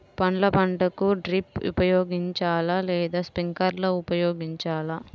పండ్ల పంటలకు డ్రిప్ ఉపయోగించాలా లేదా స్ప్రింక్లర్ ఉపయోగించాలా?